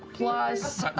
plus